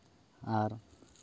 ᱟᱨ